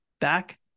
back